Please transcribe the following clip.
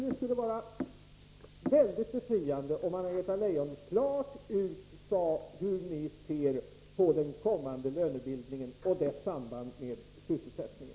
Det vore väldigt befriande om Anna-Greta Leijon klart sade ut hur socialdemokraterna ser på den kommande lönebildningen och dess samband med sysselsättningen.